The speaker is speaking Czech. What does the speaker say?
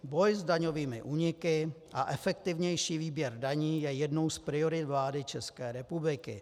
Boj s daňovými úniky a efektivnější výběr daní je jednou z priorit vlády České republiky.